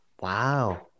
Wow